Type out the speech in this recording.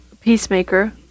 peacemaker